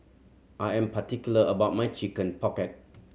I am particular about my Chicken Pocket